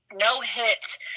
no-hit